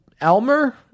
Elmer